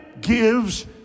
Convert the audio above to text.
gives